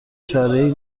چارهای